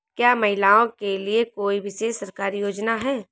क्या महिलाओं के लिए कोई विशेष सरकारी योजना है?